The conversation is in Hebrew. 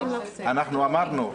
אנחנו אמרנו,